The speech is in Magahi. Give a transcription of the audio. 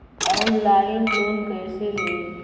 ऑनलाइन लोन कैसे ली?